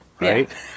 right